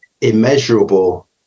immeasurable